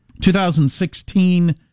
2016